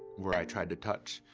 where i tried to touch,